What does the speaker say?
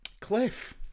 Cliff